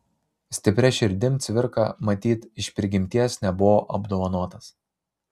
stipria širdim cvirka matyt iš prigimties nebuvo apdovanotas